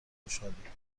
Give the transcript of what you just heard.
خوشحالییییی